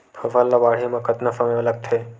फसल ला बाढ़े मा कतना समय लगथे?